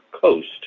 coast